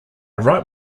write